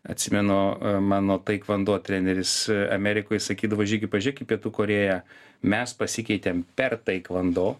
atsimenu mano taikvando treneris amerikoj sakydavo žygi pažiūrėk į pietų korėją mes pasikeitėm per taikvando